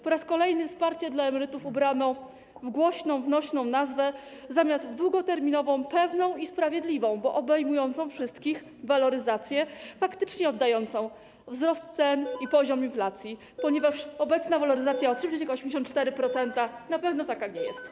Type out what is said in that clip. Po raz kolejny wsparcie dla emerytów ubrano w głośną, nośną nazwę zamiast w długoterminową, pewną i sprawiedliwą, bo obejmującą wszystkich, waloryzację faktycznie oddającą wzrost cen i poziom inflacji - ponieważ obecna waloryzacja o 3,84% na pewno taka nie jest.